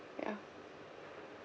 ya